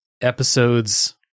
episodes